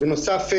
בנוסף,